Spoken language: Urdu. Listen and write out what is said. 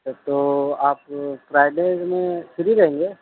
تب تو آپ فرائیڈے میں فری رہیں گے